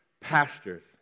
pastures